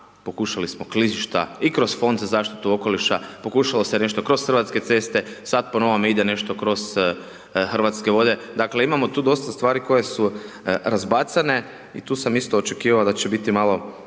pokušali smo klizišta i kroz Fond za zaštitu okoliša, pokušalo se nešto kroz Hrvatske ceste, sad po novome ide nešto kroz Hrvatske vode. Dakle, imamo tu dosta stvari koje su razbacane i tu sam isto očekivao da će biti malo